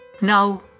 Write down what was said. Now